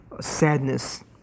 sadness